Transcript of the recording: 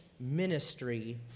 ministry